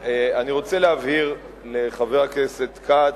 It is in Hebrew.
אני רוצה להבהיר לחבר הכנסת כץ,